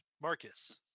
Marcus